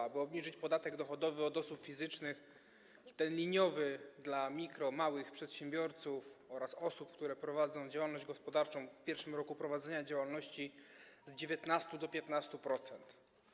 Chodzi o to, aby obniżyć podatek dochodowy od osób fizycznych, ten liniowy, dla mikro-, małych przedsiębiorców oraz osób, które prowadzą działalność gospodarczą, w pierwszym roku prowadzenia działalności z 19% do 15%.